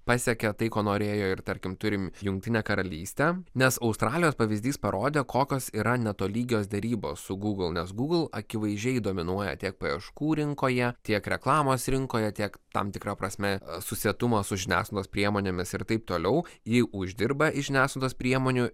pasiekė tai ko norėjo ir tarkim turim jungtinę karalystę nes australijos pavyzdys parodė kokios yra netolygios derybos su gūgl nes gūgl akivaizdžiai dominuoja tiek paieškų rinkoje tiek reklamos rinkoje tiek tam tikra prasme susietumą su žiniasklaidos priemonėmis ir taip toliau ji uždirba iš žiniasklaidos priemonių